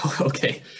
Okay